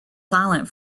silent